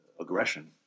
aggression